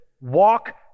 walk